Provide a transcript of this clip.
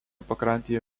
pakrantėje